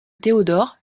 théodore